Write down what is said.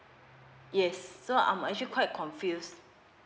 yes so I'm actually quite confused